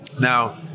Now